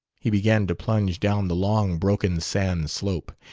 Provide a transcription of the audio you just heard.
he began to plunge down the long, broken sand-slope.